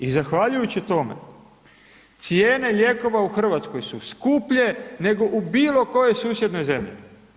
I zahvaljujući tome, cijene lijekova u RH su skuplje nego u bilo kojoj susjednoj zemlji.